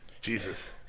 Jesus